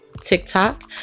TikTok